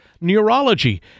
Neurology